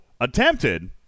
attempted